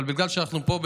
אבל בגלל שאנחנו פה,